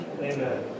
Amen